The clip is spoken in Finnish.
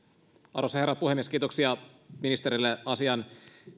arvoisa herra puhemies kiitoksia ministerille asian